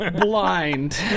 blind